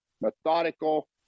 methodical